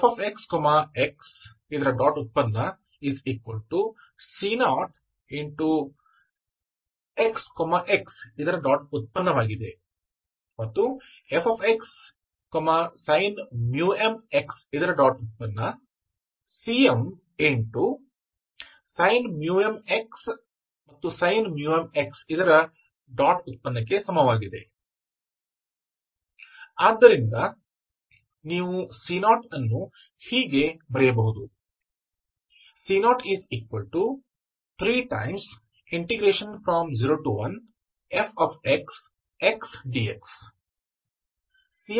fxxc0xx fxsin mx cmsin mx sin mx ಆದ್ದರಿಂದ ನೀವು c0 ಅನ್ನು ಹೀಗೆ ಬರೆಯಬಹುದು